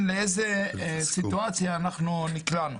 לאיזה סיטואציה אנחנו נקלענו.